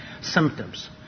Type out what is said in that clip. symptoms